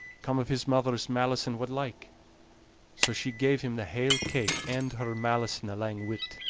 com of his mother's malison what like so she gave him the hale cake, and her malison alang wi't.